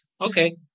Okay